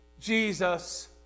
Jesus